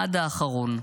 עד האחרון.